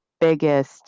biggest